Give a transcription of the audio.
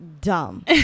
dumb